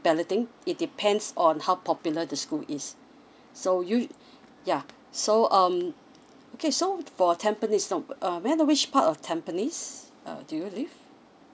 balloting it depends on how popular the school is so you yeah so um okay so for tampines no um may I know which part of tampines uh do you live